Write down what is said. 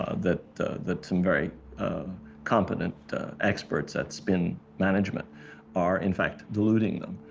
ah that that some very competent experts at spin management are in fact deluding them.